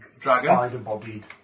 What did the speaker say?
spider-bodied